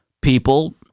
people